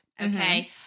okay